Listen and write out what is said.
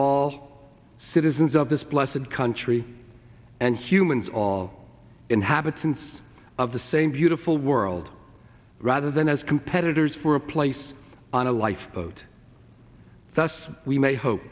all citizens of this blasted country and humans all inhabitants of the same beautiful world rather than as competitors for a place on a lifeboat with us we may hope